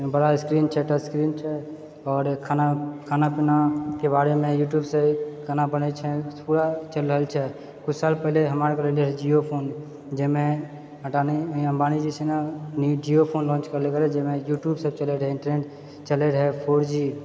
बड़ा स्क्रीन छै touch screen छै आओर खाना खाना पीनाके बारेमे यूट्यूब से केना बनैत छै पूरा चलि रहलछै किछु साल पहले हमरा आरके रहै जिओ फोन जाहिमे अदानी अम्बानी जी छै नहि जिओ फोन लाँच करलकै रहै जेहिमे यूट्यूब से चलय रहै ट्रेंड चलय रहै फोर जी